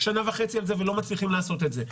שנה וחצי על זה ולא מצליחים לעשות את זה,